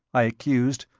i accused.